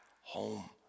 home